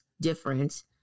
difference